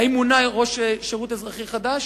האם מונה ראש שירות אזרחי חדש?